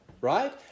right